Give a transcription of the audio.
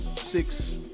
six